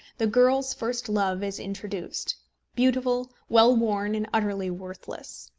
the girl's first love is introduced beautiful, well-born, and utterly worthless.